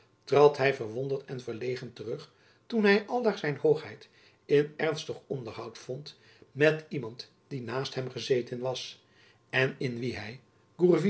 trad hy verwonderd en verlegen terug toen hy aldaar zijn hoogheid in ernstig onderhoud vond met iemand die naast hem gezeten was en in wien hy